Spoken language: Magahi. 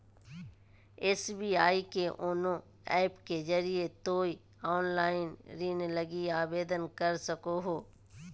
एस.बी.आई के योनो ऐप के जरिए तोय ऑनलाइन ऋण लगी आवेदन कर सको हो